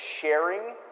sharing